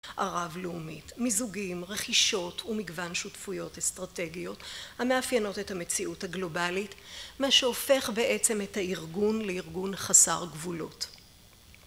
הרב לאומית. מיזוגים, רכישות ומגוון שותפויות אסטרטגיות המאפיינות את המציאות הגלובלית, מה שהופך בעצם את הארגון לארגון חסר גבולות.